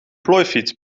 plooifiets